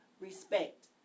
respect